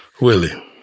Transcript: Willie